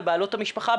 בבעלות המשפחה,